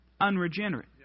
Unregenerate